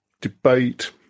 debate